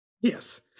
Yes